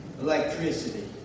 Electricity